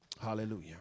Hallelujah